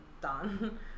done